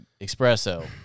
espresso